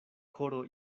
koro